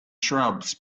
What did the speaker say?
shrubs